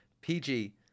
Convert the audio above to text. PG